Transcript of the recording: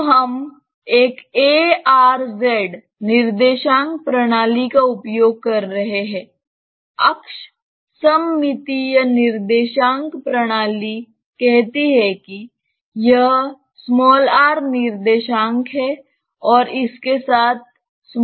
तो हम एक a r z निर्देशांक प्रणाली का उपयोग कर रहे हैं अक्ष सममितीय निर्देशांक प्रणाली कहती है कि यह r निर्देशांक है और इसके साथ z निर्देशांक है